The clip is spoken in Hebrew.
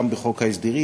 גם בחוק ההסדרים,